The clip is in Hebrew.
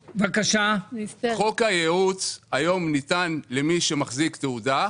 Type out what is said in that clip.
חוק הייעוץ ניתן היום למי שמחזיק תעודה,